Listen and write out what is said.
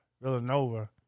Villanova